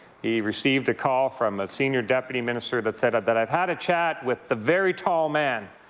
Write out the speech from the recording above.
he received a call from a senior deputy minister that said that i've had a chat with the very tall man,